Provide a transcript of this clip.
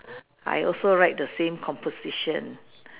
I also write the same composition